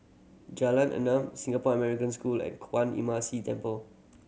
Jalan Enam Singapore American School and Kwan Imm See Temple